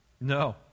No